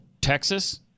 Texas